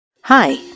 Hi